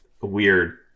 weird